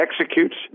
executes